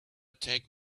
take